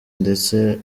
ndetse